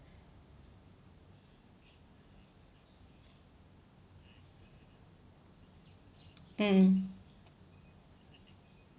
mm